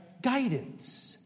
guidance